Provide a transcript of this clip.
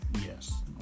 Yes